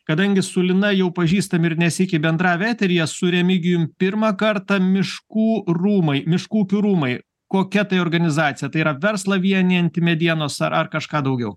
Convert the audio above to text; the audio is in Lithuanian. kadangi su lina jau pažįstami ir ne sykį bendravę eteryje su remigijum pirmą kartą miškų rūmai miškų ūkio rūmai kokia tai organizacija tai yra verslą vienijanti medienos ar kažką daugiau